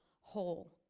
whole